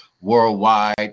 worldwide